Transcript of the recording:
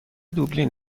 دوبلین